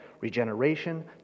regeneration